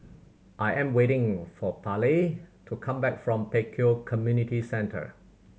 I am waiting for Pallie to come back from Pek Kio Community Centre